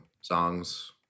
songs